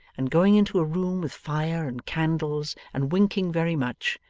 and going into a room with fire and candles, and winking very much,